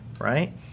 right